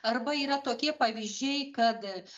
arba yra tokie pavyzdžiai kad